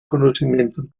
conocimientos